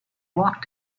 walked